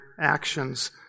actions